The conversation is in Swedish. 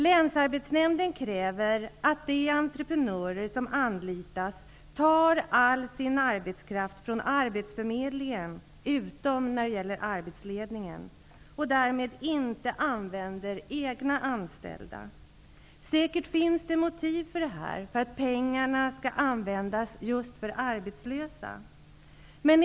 Länsarbetsnämnden kräver att de entreprenörer som anlitas tar all sin arbetskraft från arbetsförmedlingen, utom när det gäller arbetsledningen, och därmed inte använder egna anställda. Säkert finns det motiv, som att pengarna skall användas just för arbetslösa.